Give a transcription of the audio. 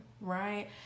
Right